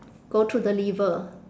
go through the liver